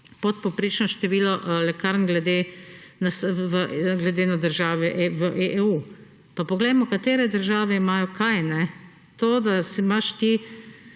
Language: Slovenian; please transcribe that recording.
podpovprečno število lekarn glede na države EU. Pa poglejmo, kater države imajo kaj. To, da imaš ti